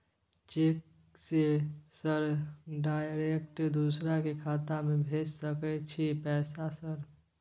Cheque से sir direct दूसरा के खाता में भेज सके छै पैसा सर?